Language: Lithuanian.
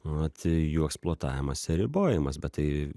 vat jų eksploatavimas ir ribojamas bet tai